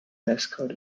mascot